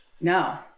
no